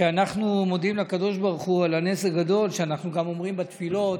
ואנחנו מודים לקדוש ברוך הוא על הנס הגדול שאנחנו גם אומרים בתפילות: